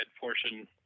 portion